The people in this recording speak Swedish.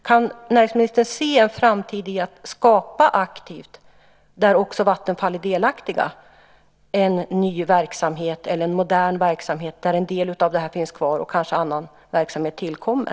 Kan näringsministern se en framtid, där också Vattenfall är delaktigt, i att aktivt skapa en ny eller modern verksamhet där en del av det här finns kvar och kanske annan verksamhet tillkommer?